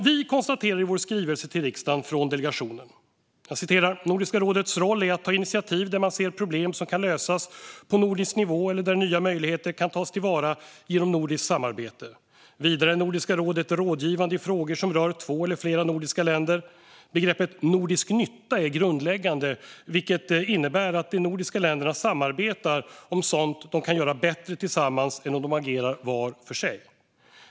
Vi konstaterar i vår skrivelse från delegationen till riksdagen: "Nordiska rådets roll är att ta initiativ där man ser problem som kan lösas på nordisk nivå eller där nya möjligheter kan tas till vara genom nordiskt samarbete. Vidare är Nordiska rådet rådgivande i frågor som rör två eller flera nordiska länder. Begreppet 'nordisk nytta' är grundläggande, vilket innebär att de nordiska länderna samarbetar om sådant de kan göra bättre tillsammans än om de agerar var för sig.